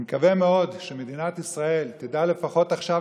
אני מקווה מאוד שמדינת ישראל תדע לפחות עכשיו,